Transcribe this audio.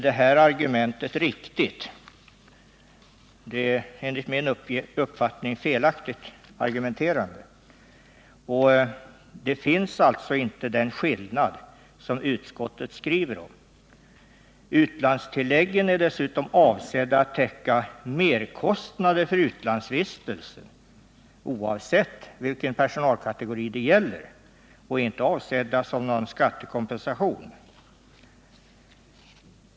Det är alltså enligt min uppfattning felaktigt argumenterat. Den skillnad som utskottet skriver om finns inte. Utlandstilläggen är dessutom avsedda att täcka merkostnader för utlandsvistelsen oavsett vilken personalkategori det gäller och är inte avsedda som någon skattekompensation.